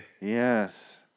Yes